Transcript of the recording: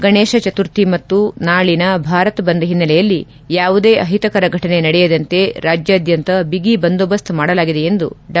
ಗಣೇಶ ಚತುರ್ಥಿ ಮತ್ತು ನಾಳನ ಭಾರತ್ ಬಂದ್ ಹಿನ್ನೆಲೆಯಲ್ಲಿ ಯಾವುದೇ ಅಹಿತಕರ ಫಟನೆ ನಡೆಯದಂತೆ ರಾಜ್ಯಾದ್ಯಂತ ಬಿಗಿಬಂದೋಬಸ್ತ್ ಮಾಡಲಾಗಿದೆ ಎಂದು ಡಾ